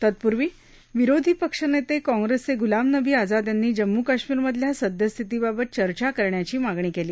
तत्पूर्वी विरोधी पक्ष नेते काँग्रेसचे गुलाम नबी आझाद यांनी जम्मू कश्मीरमधल्या सद्यस्थितीबाबत चर्चा करण्याची मागणी केली